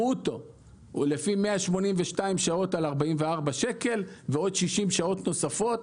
לפי 182 שעות על 44 שקל ועוד 60 שעות נוספות.